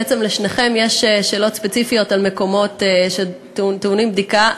בעצם לשניכם יש שאלות ספציפיות על מקומות שטעונים בדיקה.